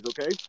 Okay